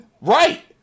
Right